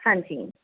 ਹਾਂਜੀ